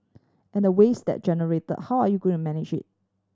and the waste that generate how are you going manage it